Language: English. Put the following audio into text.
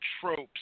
tropes